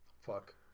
Fuck